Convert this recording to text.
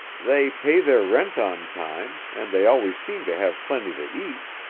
they pay their rent on time, and they always seem to have plenty to eat,